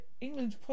England's